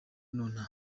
hano